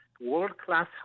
world-class